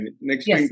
Next